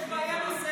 יש בעיה נוספת: